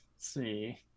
see